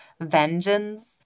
vengeance